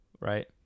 right